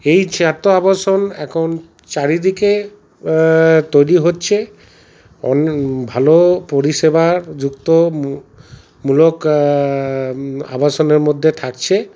এই ছাত্র আবাসন এখন চারিদিকে তৈরি হচ্ছে ভালো পরিষেবার যুক্ত মূলক আবাসনের মধ্যে থাকছে